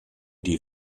die